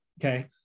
Okay